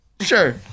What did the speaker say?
Sure